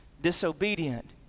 disobedient